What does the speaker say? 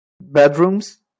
bedrooms